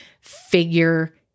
figure